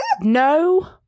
No